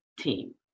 team